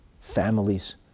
families